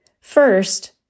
First